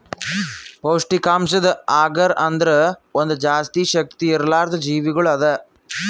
ಪೌಷ್ಠಿಕಾಂಶದ್ ಅಗರ್ ಅಂದುರ್ ಒಂದ್ ಜಾಸ್ತಿ ಶಕ್ತಿ ಇರ್ಲಾರ್ದು ಜೀವಿಗೊಳ್ ಅದಾ